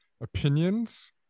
opinions